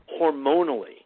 hormonally